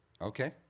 Okay